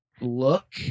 look